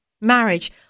marriage